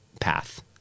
path